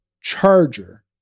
Charger